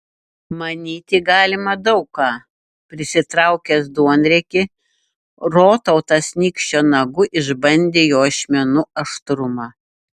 manyti galima daug ką prisitraukęs duonriekį rotautas nykščio nagu išbandė jo ašmenų aštrumą